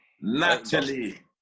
Naturally